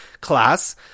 class